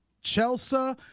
Chelsea